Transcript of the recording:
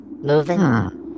moving